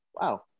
Wow